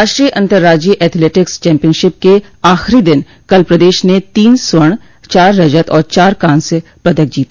राष्ट्रीय अतंर्राज्यीय athletics championship के आखिरी दिन कल प्रदेश ने तीन स्वण चार रजत और चार कांस्य पदक जीते